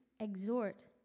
exhort